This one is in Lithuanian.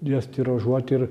jas tiražuot ir